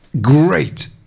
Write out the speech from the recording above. great